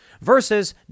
versus